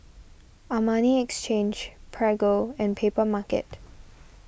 Armani Exchange Prego and Papermarket